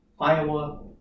Iowa